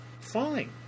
Fine